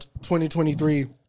2023